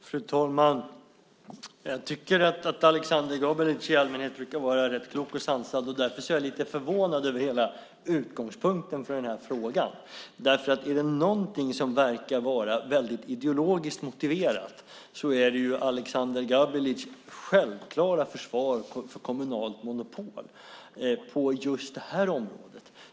Fru talman! Jag tycker att Aleksander Gabelic i allmänhet brukar vara rätt klok och sansad. Därför är jag lite förvånad över hela utgångspunkten för frågan. Är det någonting som verkar vara ideologiskt motiverat är det Aleksander Gabelics självklara försvar för kommunalt monopol på just det här området.